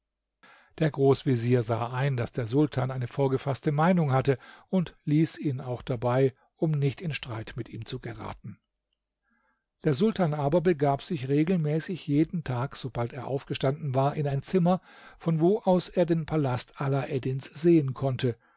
der großvezier sah ein daß der sultan eine vorgefaßte meinung hatte und ließ ihn auch dabei um nicht in streit mit ihm zu geraten der sultan aber begab sich regelmäßig jeden tag sobald er aufgestanden war in ein zimmer von wo aus er den palast alaeddins sehen konnte